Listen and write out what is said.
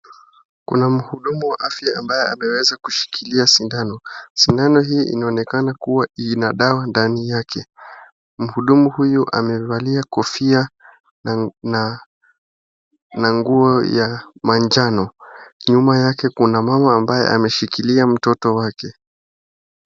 Kuna mhudumu wa afya ambaye ameweza kushukilia sindano, sindano hii inaonekana kuwa ina dawa dani yake, mhudumu huyu amevalia kofia na nguo ya manjano, nyuma yake kuna mama amabye ameshkilia mtoto wake.